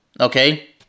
Okay